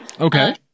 Okay